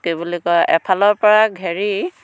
কি বুলি কয় এফালৰ পৰা ঘেৰি